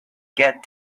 get